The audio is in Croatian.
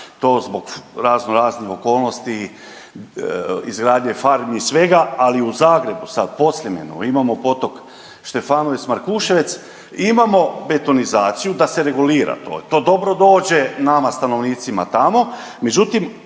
to zbog raznoraznih okolnosti, izgradnji farmi i svega, ali u Zagrebu sad u Podsljemenu imamo potok Štefanovec Markuševec imamo betonizaciju da se regulira to. To dobro dođe nama stanovnicima tamo,